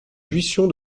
buisson